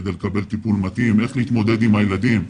כדי לקבל טיפול מתאים איך להתמודד עם הילדים.